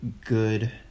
good